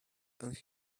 and